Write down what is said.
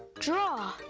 draw.